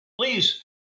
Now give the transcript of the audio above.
Please